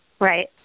Right